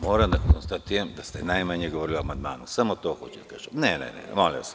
Moram da konstatujem da ste najmanje govorili o amandmanu, samo to hoću da kažem.